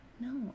No